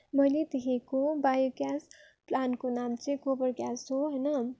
मैले देखेको biogas प्लान्टको नाम चाहिँ गोबर ग्यास हो होइन